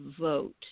vote